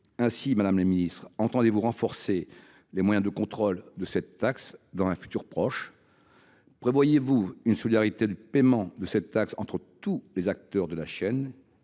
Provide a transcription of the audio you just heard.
Madame la ministre, entendez vous renforcer les moyens de contrôle de la taxe soda dans un futur proche ? Prévoyez vous une solidarité du paiement de cette taxe entre tous les acteurs de la chaîne ?